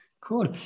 Cool